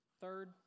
Third